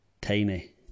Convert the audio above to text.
Tiny